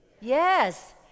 Yes